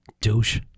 Douche